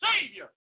Savior